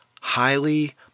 highly